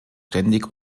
ständig